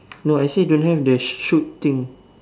no I say don't have the shoot thing